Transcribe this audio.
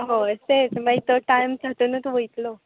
हय तेंच मागीर तो टाय्म तातुंतच वयतलो